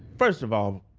first of all,